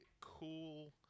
cool